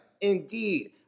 indeed